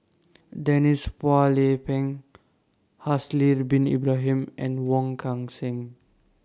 Denise Phua Lay Peng Haslir Bin Ibrahim and Wong Kan Seng